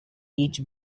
each